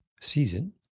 season